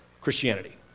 Christianity